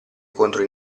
contro